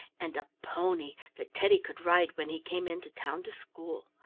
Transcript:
and a pony that teddy could ride when he came in to town to school.